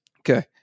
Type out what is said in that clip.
Okay